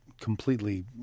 completely